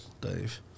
Dave